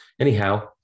anyhow